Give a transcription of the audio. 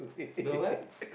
no one